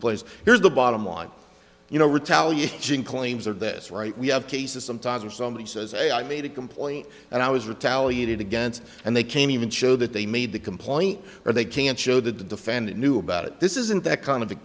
include place here's the bottom line you know retaliate jane claims or this right we have cases sometimes or somebody says hey i made a complaint and i was retaliated against and they came in show that they made the complaint or they can't show the defendant knew about it this isn't that kind of